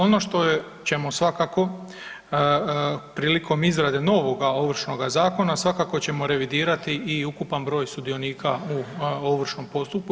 Ono što ćemo svakako prilikom izrade novoga Ovršnoga zakona svakako ćemo revidirati i ukupan broj sudionika u ovršnom postupku.